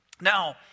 Now